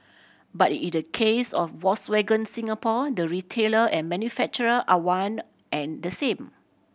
but in the case of Volkswagen Singapore the retailer and manufacturer are one and the same